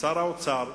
ולשר האוצר,